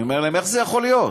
אני אומר להם: איך זה יכול להיות?